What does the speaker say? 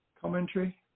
commentary